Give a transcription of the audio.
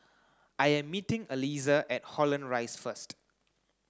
I am meeting Aliza at Holland Rise first